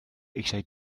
eisiau